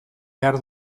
behar